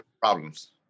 Problems